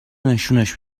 نشونش